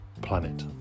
planet